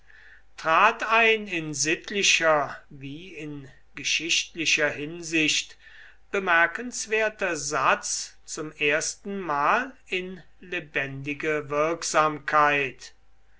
trat ein in sittlicher wie in geschichtlicher hinsicht bemerkenswerter satz zum erstenmal in lebendige wirksamkeit